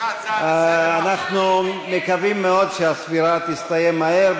אנחנו מקווים מאוד שהספירה תסתיים מהר.